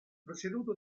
presieduto